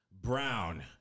brown